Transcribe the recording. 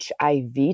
HIV